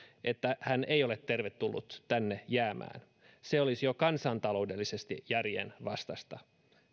että hän ei ole tervetullut tänne jäämään se olisi jo kansantaloudellisesti järjenvastaista